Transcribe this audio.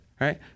right